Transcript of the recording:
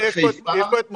הנה, יש פה את משה,